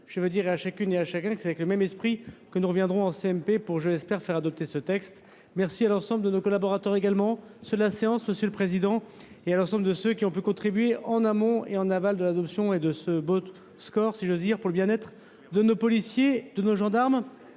je veux dire à chacune et à chacun que c'est avec le même esprit que nous reviendrons en CMP pour j'espère faire adopter ce texte, merci à l'ensemble de nos collaborateurs également ce la séance monsieur le président, et à l'ensemble de ceux qui ont pu contribuer en amont et en aval de l'adoption et de ce beau score si j'ose dire, pour le bien-être de nos policiers, de nos gendarmes